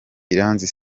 iranzi